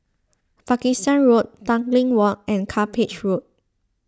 Pakistan Road Tanglin Walk and Cuppage Road